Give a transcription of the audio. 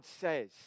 says